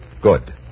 Good